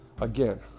Again